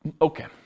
Okay